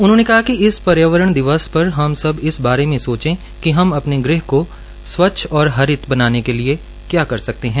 उन्होंने कहा कि इस पर्यावरण दिवस पर हम सब इस बारे में सोचे कि हम अपने गृह को स्वच्छ और हरित बनाने के लिए क्या कर सकते हैं